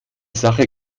sache